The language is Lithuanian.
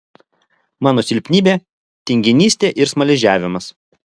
mano silpnybė tinginystė ir smaližiavimas